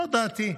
זאת דעתי.